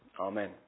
Amen